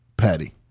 Patty